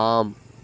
ஆம்